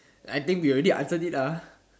I think we already answered it ah